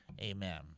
Amen